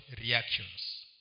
reactions